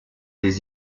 des